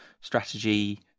strategy